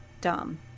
dumb